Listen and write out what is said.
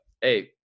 hey